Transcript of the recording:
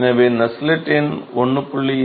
எனவே நஸ்ஸெல்ட் எண் 1